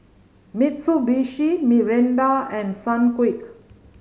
Mitsubishi Mirinda and Sunquick